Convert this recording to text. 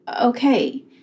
Okay